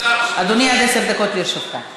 אדוני, עד עשר דקות לרשותך.